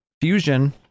Fusion